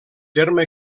terme